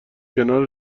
کنار